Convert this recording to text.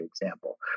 example